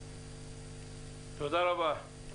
תודה רבה.